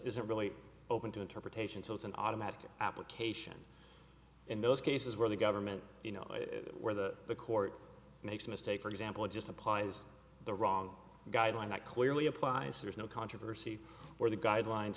isn't really open to interpretation so it's an automatic application in those cases where the government you know whether the court makes a mistake for example just applies the wrong guideline that clearly implies there's no controversy or the guidelines